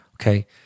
okay